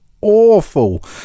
awful